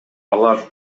алар